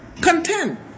content